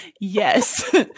Yes